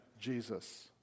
Jesus